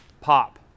pop